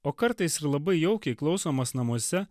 o kartais ir labai jaukiai klausomas namuose